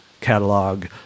catalog